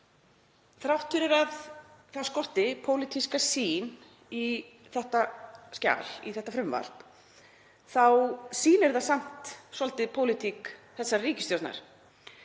Þrátt fyrir að það skorti pólitíska sýn í þetta skjal, í þetta frumvarp þá sýnir það samt svolítið pólitík þessarar ríkisstjórnar